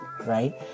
right